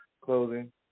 clothing